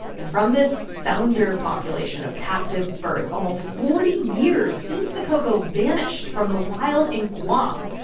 and from this founder population of captive birds, almost forty years since the ko'ko' vanished from the wild in guam,